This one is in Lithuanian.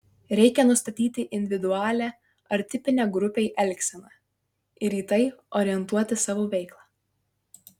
reikia nustatyti individualią ar tipinę grupei elgseną ir į tai orientuoti savo veiklą